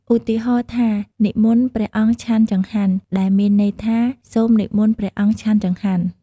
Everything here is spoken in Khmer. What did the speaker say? ឧទាហរណ៍ថា"និមន្តព្រះអង្គឆាន់ចង្ហាន់" ដែលមានន័យថា "សូមនិមន្តព្រះអង្គឆាន់ចង្ហាន់"។